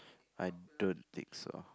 I don't think so